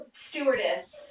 stewardess